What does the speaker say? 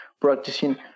practicing